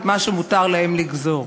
את מה שמותר להם לגזור.